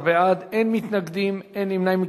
14 בעד, אין מתנגדים, אין נמנעים.